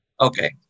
Okay